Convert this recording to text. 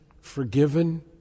forgiven